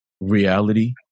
reality